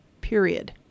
period